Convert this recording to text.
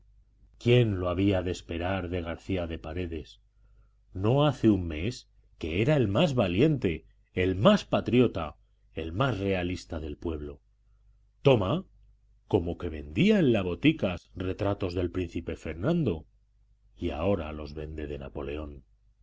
quién lo había de esperar de garcía de paredes no hace un mes que era el más valiente el más patriota el más realista del pueblo toma como que vendía en la botica retratos del príncipe fernando y ahora los vende de napoleón